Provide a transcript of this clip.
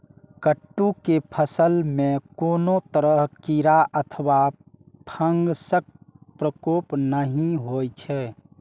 कट्टू के फसल मे कोनो तरह कीड़ा अथवा फंगसक प्रकोप नहि होइ छै